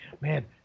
man